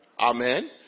Amen